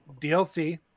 DLC